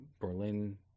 Berlin